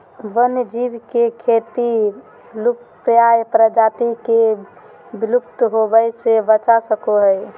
वन्य जीव के खेती लुप्तप्राय प्रजाति के विलुप्त होवय से बचा सको हइ